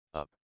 up